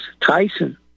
Tyson